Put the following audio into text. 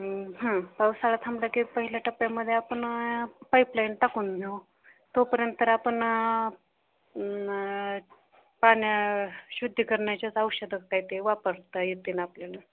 हां पावसाळा थांबलं की पहिल्या टप्प्यामध्ये आपण पाईपलाईन टाकून घेऊ तोपर्यंतर आपण पाण्या शुद्धीकरणाच्याच औषधं आहेत ते वापरता येते ना आपल्याला